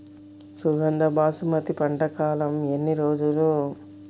సుగంధ బాసుమతి పంట కాలం ఎన్ని రోజులు?